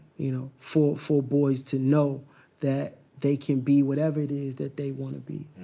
you know for for boys to know that they can be whatever it is that they want to be.